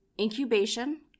Incubation